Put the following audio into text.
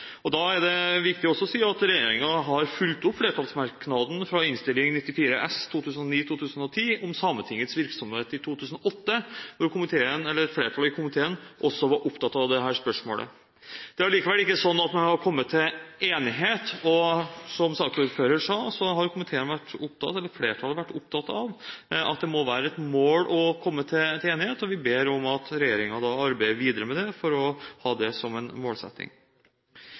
er også viktig å si at regjeringen har fulgt opp flertallsmerknaden fra Innst. 94 S for 2009–2010 om Sametingets virksomhet i 2008 – da flertallet i komiteen også var opptatt av dette spørsmålet. Det er likevel ikke sånn at man har kommet til enighet. Som saksordføreren sa, har flertallet vært opptatt av at det må være et mål å komme til enighet, og vi ber om at regjeringen arbeider videre med det for å ha det som en målsetting.